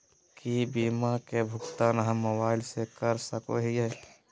की बीमा के भुगतान हम मोबाइल से कर सको हियै?